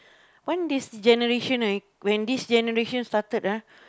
when this generation right when this generation started ah